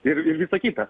ir ir visa kita